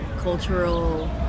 cultural